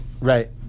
Right